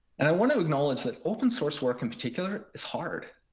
and i want to acknowledge that open source work in particular is hard.